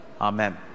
Amen